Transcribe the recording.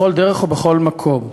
בכל דרך ובכל מקום,